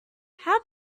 how